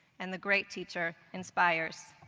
and the great teacher inspires.